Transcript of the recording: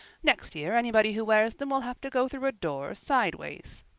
next year anybody who wears them will have to go through a door sideways.